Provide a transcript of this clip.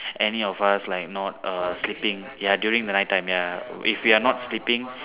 any of us like not err sleeping ya during the night time ya if we are not sleeping